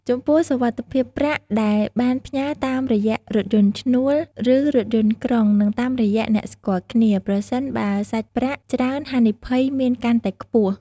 ចំពោះសុវត្ថិភាពប្រាក់ដែលបានផ្ញើរតាមរយៈរថយន្តឈ្នួល ឬរថយន្តក្រុងនិងតាមរយៈអ្នកស្គាល់គ្នា ប្រសិនបើសាច់ប្រាក់ច្រើនហានិភ័យមានកាន់តែខ្ពស់។